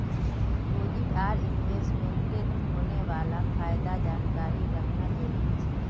deposit आर इन्वेस्टमेंटत होने वाला फायदार जानकारी रखना जरुरी छे